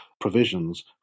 provisions